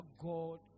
God